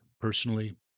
personally